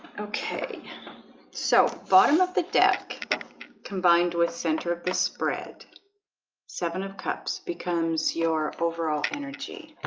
okay so bottom of the deck combined with center of this spread seven of cups becomes your overall energy